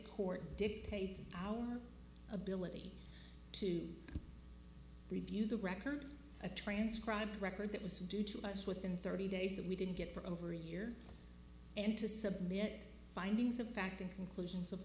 court dictate our ability to review the record a transcribed record that was due to us within thirty days that we didn't get for over a year and to submit findings of fact and conclusions of